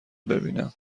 ببینم